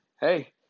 hey